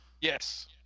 Yes